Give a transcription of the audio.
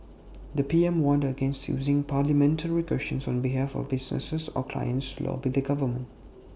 the P M warned against using parliamentary questions on behalf of businesses or clients to lobby the government